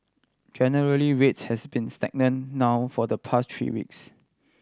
generally rates has been stagnant now for the pass three weeks